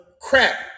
crap